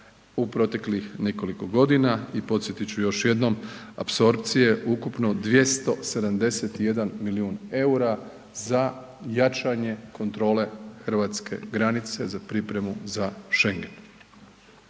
u proteklih nekoliko godina. I podsjetit ću još jednom apsorpcije ukupno 271 milijun eura za jačanje kontrole hrvatske granice za pripremu za Schengen.